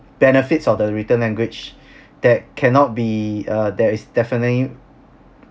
benefits of the written language that cannot be uh that is definitely